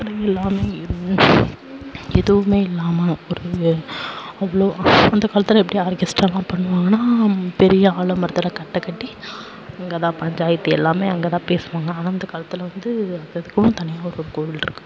எல்லாமே எதுவுமே இல்லாமல் ஒரு அவ்வளோ அந்த காலத்தில் எப்படி ஆர்கெஸ்ட்டாலாம் பண்ணுவாங்கன்னால் பெரிய ஆலமரத்தில் கட்டை கட்டி அங்கே தான் பஞ்சாயத்து எல்லாமே அங்கே தான் பேசுவாங்கள் ஆனால் இந்த காலத்தில் வந்து அததுக்கும் தனியாக ஒரு கோவில் இருக்குது